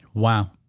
Wow